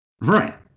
right